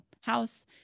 house